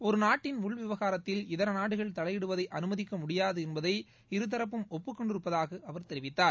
ஒருநாட்டின் உள் விவகாரத்தில் இதர நாடுகள் தலையிடுவதை அனுமதிக்க முடியாது என்பதை இருதரப்பும் ஒப்புக்கொண்டிருப்பதாக அவர் தெரிவித்தார்